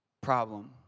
problem